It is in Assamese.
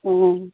অঁ